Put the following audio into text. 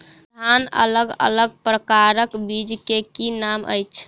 धान अलग अलग प्रकारक बीज केँ की नाम अछि?